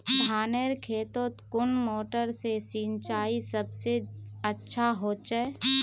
धानेर खेतोत कुन मोटर से सिंचाई सबसे अच्छा होचए?